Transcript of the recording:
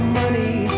money